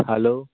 hello